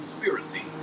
conspiracy